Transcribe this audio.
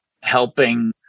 helping